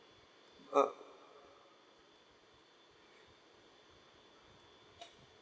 uh